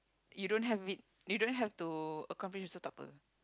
you don't have it you don't have to accomplished